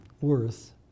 worth